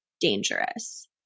dangerous